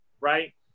right